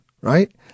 right